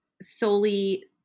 solely